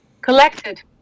collected